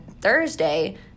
Thursday